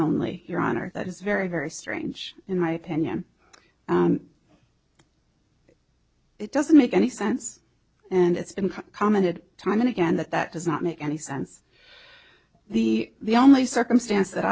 only your honor that is very very strange in my opinion it doesn't make any sense and it's been commented time and again that that does not make any sense the only circumstance that